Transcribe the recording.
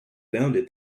founded